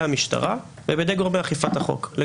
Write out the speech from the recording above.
המשטרה ובידי גורמי אכיפת החוק באותה נשימה.